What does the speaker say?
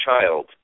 child